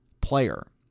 player